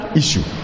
issue